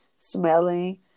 smelling